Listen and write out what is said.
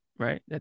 Right